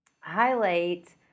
Highlight